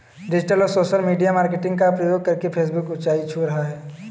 digital और social media marketing का प्रयोग करके फेसबुक ऊंचाई छू रहा है